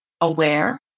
aware